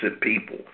people